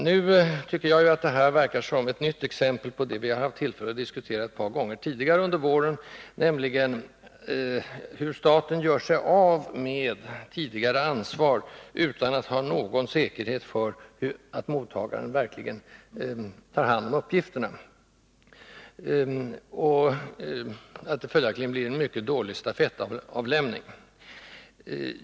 Jag tycker att det här verkar som ett nytt exempel på det som vi har haft tillfälle att diskutera tidigare under våren, nämligen hur staten gör sig av med sitt tidigare ansvar utan att ha någon säkerhet för att mottagaren verkligen tar hand om uppgifterna. Det blir följaktligen en mycket dålig stafettväxling.